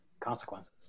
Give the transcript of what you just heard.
consequences